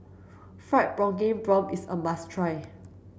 fried pumpkin prawns is a must try